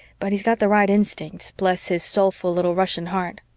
but he's got the right instincts, bless his soulful little russian heart.